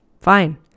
Fine